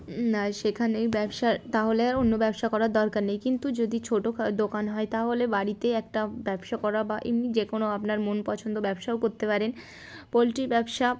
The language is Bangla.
সেখানেই ব্যবসা তাহলে আর অন্য ব্যবসা করার দরকার নেই কিন্তু যদি ছোটো দোকান হয় তাহলে বাড়িতে একটা ব্যবসা করা বা এমনি যে কোনো আপনার মন পছন্দ ব্যবসাও করতে পারেন পোলট্রি ব্যবসা